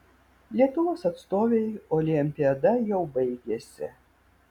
lietuvos atstovei olimpiada jau baigėsi